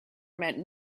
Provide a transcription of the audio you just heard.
meant